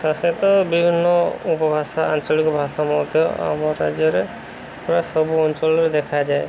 ତା' ସହିତ ବିଭିନ୍ନ ଉପଭାଷା ଆଞ୍ଚଳିକ ଭାଷା ମଧ୍ୟ ଆମ ରାଜ୍ୟରେ ପୁରା ସବୁ ଅଞ୍ଚଳରେ ଦେଖାଯାଏ